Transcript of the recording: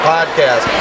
Podcast